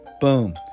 boom